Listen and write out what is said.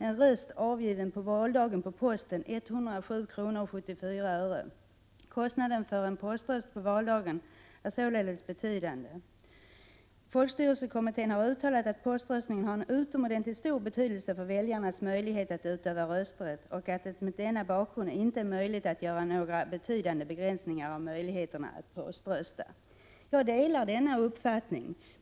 En röst avgiven på valdagen på posten kostade 107:74 kr. Kostnaden för en poströst på valdagen är således betydande. Folkstyrelsekommittén har uttalat att poströstningen har en utomordentligt stor betydelse för väljarnas möjlighet att utöva rösträtt och att det mot denna bakgrund inte går att göra några betydande begränsningar av möjligheterna att poströsta. Jag delar denna uppfattning.